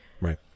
Right